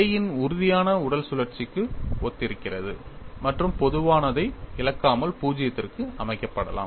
A இன் உறுதியான உடல் சுழற்சிக்கு ஒத்திருக்கிறது மற்றும் பொதுவானதை இழக்காமல் 0 க்கு அமைக்கப்படலாம்